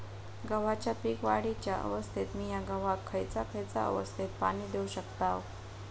गव्हाच्या पीक वाढीच्या अवस्थेत मिया गव्हाक खैयचा खैयचा अवस्थेत पाणी देउक शकताव?